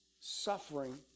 suffering